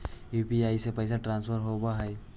UPI से पैसा transfer होवहै?